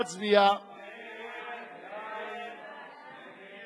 הצעת סיעת קדימה להביע